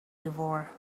before